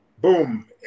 boom